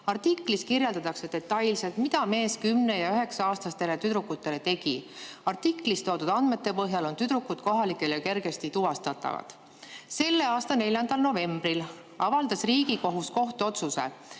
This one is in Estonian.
Artiklis kirjeldatakse detailselt, mida mees 10‑ ja 9‑aastastele tüdrukutele tegi. Artiklis toodud andmete põhjal on tüdrukud kohalikele kergesti tuvastatavad. Selle aasta 4. novembril avaldas Riigikohus kohtuotsuse,